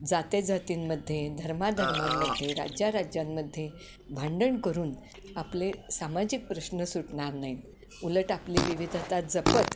जाती जातींमध्ये धर्माधर्मांमध्ये राज्या राज्यांमध्ये भांडण करून आपले सामाजिक प्रश्न सुटणार नाहीत उलट आपली विविधता जपत